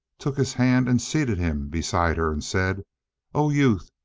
took his hand and seated him beside her, and said o youth!